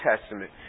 Testament